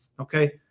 Okay